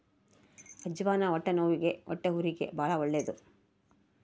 ಅಜ್ಜಿವಾನ ಹೊಟ್ಟೆನವ್ವಿಗೆ ಹೊಟ್ಟೆಹುರಿಗೆ ಬಾಳ ಒಳ್ಳೆದು